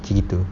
macam gitu